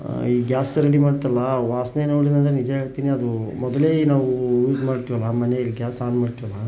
ಈ ಗ್ಯಾಸಲ್ಲಿ ಮಾಡ್ತಾರಲ್ಲ ವಾಸನೆ ನೋಡಿ ನಾನು ನಿಜ ಹೇಳ್ತೀನಿ ಅದು ಮೊದಲೇ ನಾವು ಇದು ಮಾಡ್ತೀವಲ್ಲ ಮನೆಯಲ್ಲಿ ಗ್ಯಾಸ್ ಆನ್ ಮಾಡ್ತೀವಲ್ಲ